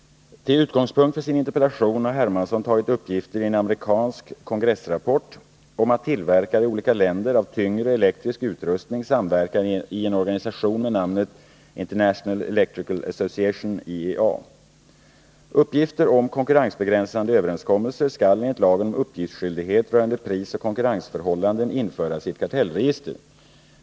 Till utgångspunkt för sin interpellation har C.-H. Hermansson tagit uppgifter i en amerikansk kongressrapport om att tillverkare i olika länder av tyngre elektrisk utrustning samverkar i en organisation med namnet International Electrical Association . Uppgifter om konkurrensbegränsande överenskommelser skall enligt lagen om uppgiftsskyldighet rörande prisoch konkurrensförhållanden införas i ett kartellregister.